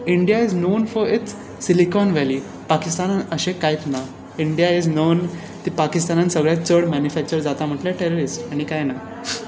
India is known for its silicon valley पाकिस्तानांत अशें कांयच ना इंडिया इस नोन पाकिस्तानांत सगळ्यांत चड मॅन्युफेक्चर जाता म्हणल्यार टॅररिस्ट आनी कांय ना